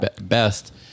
best